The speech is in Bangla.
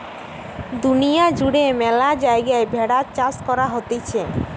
দুনিয়া জুড়ে ম্যালা জায়গায় ভেড়ার চাষ করা হতিছে